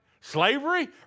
Slavery